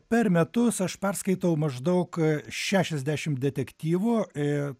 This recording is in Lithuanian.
per metus aš perskaitau maždaug šešiasdešimt detektyvo ir